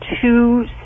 two